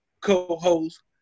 co-host